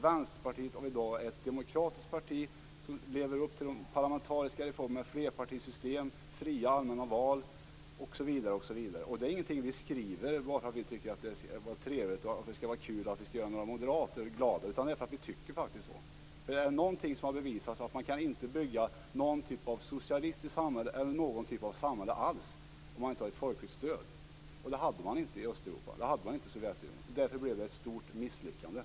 Vänsterpartiet av i dag är ett demokratiskt parti som lever upp till de parlamentariska reformerna med flerpartisystem, fria allmänna val, osv. Det är ingenting vi skriver bara därför att vi tycker att det är trevligt och kul och för att göra några moderater glada, utan vi tycker faktiskt så. Är det någonting som har bevisats är det att man inte kan bygga någon typ av socialistiskt samhälle eller någon typ av samhälle alls om man inte har ett folkligt stöd. Det hade man inte i Östeuropa, och det hade man inte i Sovjetunionen. Därför blev det ett stort misslyckande.